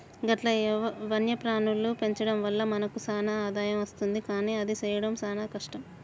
గట్ల వన్యప్రాణుల పెంచడం వల్ల మనకు సాన ఆదాయం అస్తుంది కానీ అది సెయ్యడం సాన కష్టం